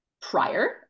prior